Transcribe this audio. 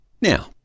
Now